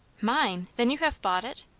mine! then you have bought it!